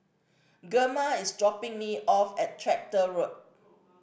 Gemma is dropping me off at Tractor Road